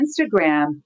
Instagram